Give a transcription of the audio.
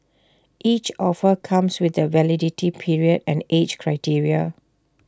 each offer comes with A validity period and age criteria